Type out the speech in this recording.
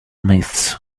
myths